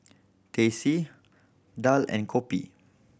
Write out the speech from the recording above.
Teh C daal and kopi